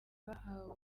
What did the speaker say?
bahawe